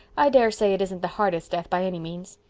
i daresay it isn't the hardest death by any means.